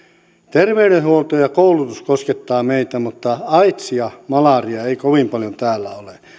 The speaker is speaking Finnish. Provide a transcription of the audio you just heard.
terveydenhuolto ja koulutus koskettavat meitä mutta aidsia ja malariaa ei kovin paljon täällä ole